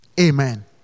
Amen